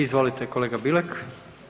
Izvolite kolega Bilek.